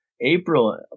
April